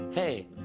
Hey